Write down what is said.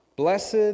Blessed